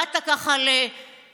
באת ככה להצביע.